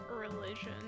Religion